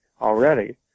already